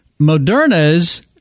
Moderna's